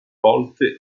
volte